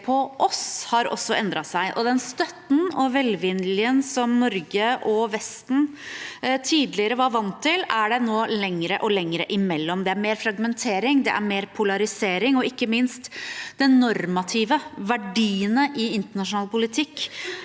ser på oss, også endret seg. Den støtten og velviljen som Norge og Vesten tidligere var vant til, er det nå lenger og lenger imellom. Det er mer fragmentering, det er mer polarisering og, ikke minst, de normative verdiene i internasjonal politikk,